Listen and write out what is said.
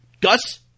Gus